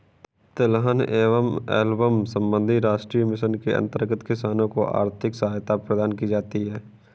तिलहन एवं एल्बम संबंधी राष्ट्रीय मिशन के अंतर्गत किसानों को आर्थिक सहायता प्रदान की जाती है